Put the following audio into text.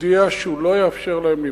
הודיע שהוא לא יאפשר להם לבנות.